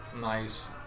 nice